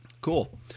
Cool